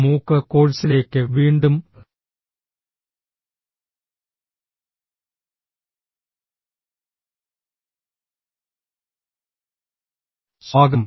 മൂക്ക് കോഴ്സിലേക്ക് വീണ്ടും സ്വാഗതം